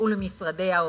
ויינתנו באהבה,